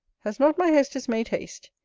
has not my hostess made haste?